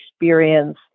experience